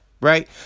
Right